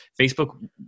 Facebook